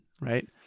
right